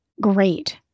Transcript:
Great